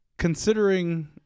Considering